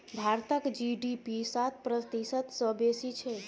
भारतक जी.डी.पी सात प्रतिशत सँ बेसी छै